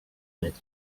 metres